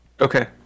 okay